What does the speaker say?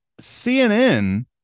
CNN